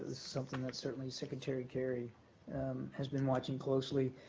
something that certainly secretary kerry has been watching closely.